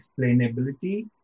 explainability